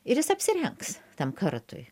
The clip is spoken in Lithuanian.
ir jis apsirengs tam kartui